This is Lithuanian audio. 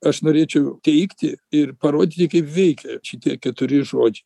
aš norėčiau teigti ir parodyti kaip veikia šitie keturi žodžiai